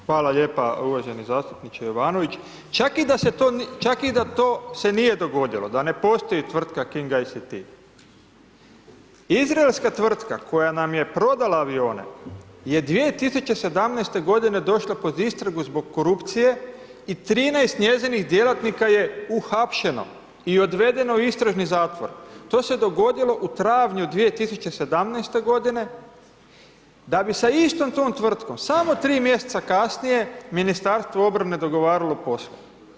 Hvala lijepa uvaženi zastupniče Jovanović, čak i da se to, čak i da to se nije dogodilo da ne postoji tvrtka KING ICT, Izraelska tvrtka koja nam je prodala avione je 2017. godine došla pod istragu zbog korupcije i 13 njezinih djelatnika je uhapšeno i odvedeno u istražni zatvor to se dogodilo u travnju 2017. godine da bi sa istom tom tvrtkom samo 3 mjeseca kasnije Ministarstvo obrane dogovaralo posao.